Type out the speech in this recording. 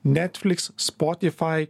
netflix spotify